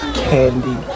candy